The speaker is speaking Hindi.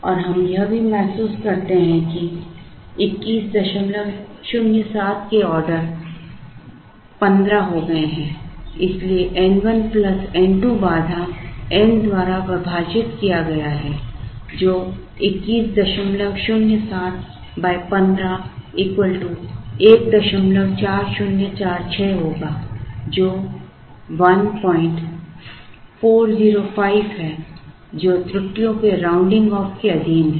और हम यह भी महसूस करते हैं कि 2107 के ऑर्डर15 हो गए हैं इसलिए N1 N 2 बाधा N द्वारा विभाजित किया गया है जो 2107 15 14046 होगा जो 1405 है जो त्रुटियों के राउंडिंग ऑफ के अधीन है